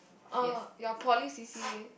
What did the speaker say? orh your poly c_c_a